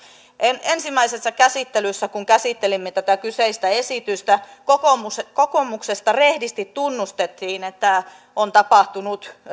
ensimmäisessä käsittelyssä kun käsittelimme tätä kyseistä esitystä kokoomuksesta kokoomuksesta rehdisti tunnustettiin että on tapahtunut